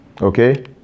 okay